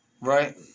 Right